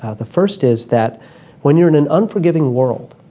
the first is that when you're in an unforgiving world,